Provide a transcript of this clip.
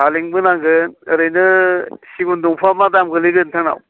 फालेंबो नांगोन ओरैनो सिगुन दंफाङा मा दाम गोलैगोन नोंथांनाव